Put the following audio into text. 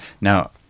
Now